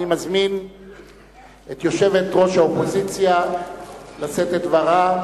אני מזמין את יושבת-ראש האופוזיציה לשאת את דברה,